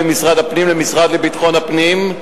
ממשרד הפנים למשרד לביטחון הפנים,